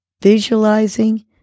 visualizing